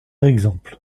exemple